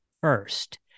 first